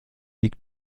liegt